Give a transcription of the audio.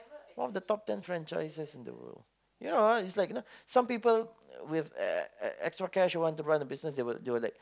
one of the top ten franchises in the world you know it's like you know some of them with extra cash who want to buy business they would like